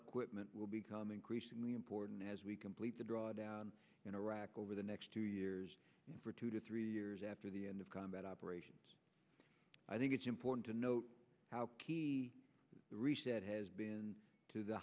equipment will become increasingly important as we complete the drawdown in iraq over the next two years for two to three years after the end of combat operations i think it's important to note how key the reset has been to the